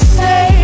say